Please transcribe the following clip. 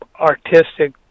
artistic